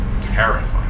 terrifying